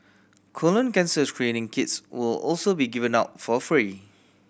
colon cancer screening kits will also be given out for free